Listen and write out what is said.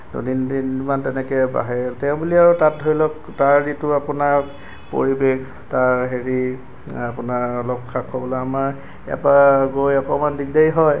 দুদিন তিনি দিনমান তেনেকৈ বাহি তেওঁ বুলি আৰু তাত ধৰি লওক তাৰ যিটো আপোনাৰ পৰিৱেশ তাৰ হেৰি আপোনাৰ অলপ খাপ খাবলৈ আমাৰ ইয়াৰ পা গৈ অকণমান দিগদাৰী হয়